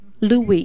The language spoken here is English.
Louis